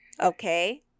Okay